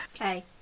Okay